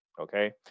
Okay